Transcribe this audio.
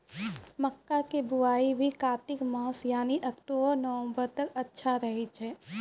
मक्का के बुआई भी कातिक मास यानी अक्टूबर नवंबर तक अच्छा रहय छै